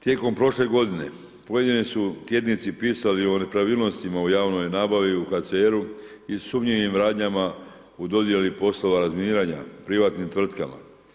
Tijekom prošle godine pojedini su tjednici pisali o nepravilnostima u javnoj nabavi u HCR-u i sumnjivim radnjama u dodjeli poslova razminiranja privatnim tvrtkama.